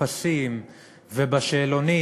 בטפסים ובשאלונים,